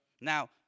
Now